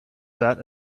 sat